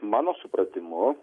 mano supratimu